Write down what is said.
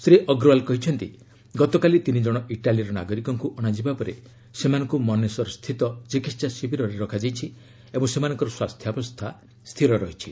ଶ୍ରୀ ଅଗ୍ରୱାଲ କହିଛନ୍ତି ଗତକାଲି ତିନି ଜଣ ଇଟାଲୀର ନାଗରିକଙ୍କୁ ଅଣାଯିବା ପରେ ସେମାନଙ୍କୁ ମନେସର ସ୍ଥିତ ଚିକିତ୍ସା ଶିବିରରେ ରଖାଯାଇଛି ଓ ସେମାନଙ୍କର ସ୍ୱାସ୍ଥ୍ୟାବସ୍ଥା ସ୍ଥିର ରହିଛି